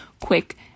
quick